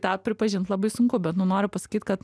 tą pripažint labai sunku bet nu noriu pasakyt kad